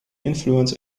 influence